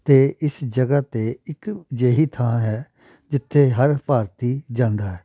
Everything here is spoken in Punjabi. ਅਤੇ ਇਸ ਜਗ੍ਹਾ 'ਤੇ ਇੱਕ ਅਜਿਹੀ ਥਾਂ ਹੈ ਜਿੱਥੇ ਹਰ ਭਾਰਤੀ ਜਾਂਦਾ ਹੈ